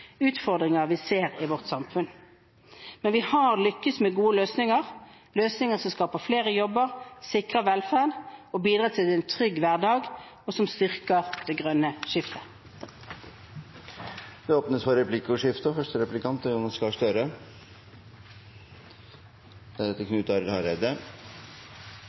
utfordringer vi ser i vårt samfunn. Men vi har lyktes med gode løsninger – løsninger som skaper flere jobber, sikrer velferd og bidrar til en trygg hverdag, og som styrker det grønne skiftet. Det blir replikkordskifte. Denne respektfulle og